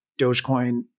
Dogecoin